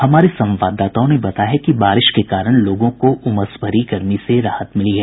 हमारे संवाददाताओं ने बताया है कि बारिश के कारण लोगों को उमस भरी गर्मी से राहत मिली है